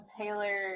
Taylor